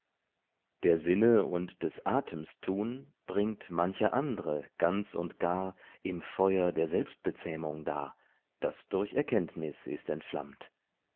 der sinne und des atems tun bringt mancher andre ganz und gar im feu'r der selbstbezähmung dar das durch erkenntnis ist entflammt